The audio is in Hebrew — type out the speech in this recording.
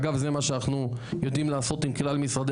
שאגב, זה מה שאנחנו יודעים לעשות עם כלל משרדי